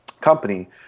company